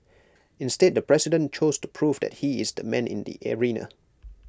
instead the president chose to prove that he is the man in the arena